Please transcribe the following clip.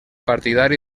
partidari